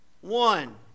One